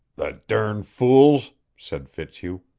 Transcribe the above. the dern fools! said fitzhugh.